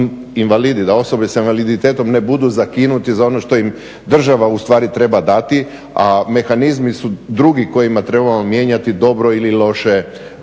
da osobe s invaliditetom ne budu zakinuti za ono što im država ustvari treba dati, a mehanizmi su drugi kojima trebamo mijenjati dobro ili loše